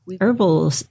Herbal